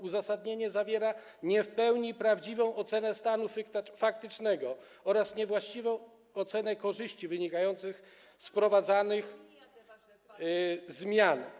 Uzasadnienie zawiera nie w pełni prawdziwą ocenę stanu faktycznego oraz niewłaściwą ocenę korzyści wynikających z wprowadzanych zmian.